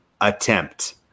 attempt